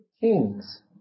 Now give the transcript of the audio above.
kings